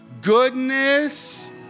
goodness